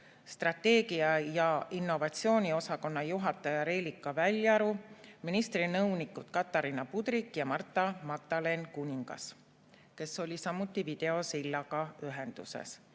strateegia‑ ja innovatsiooniosakonna juhataja Reelika Väljaru, ministri nõunikud Katarina Budrik ja Marta-Magdaleen Kuningas, kes oli samuti ühenduses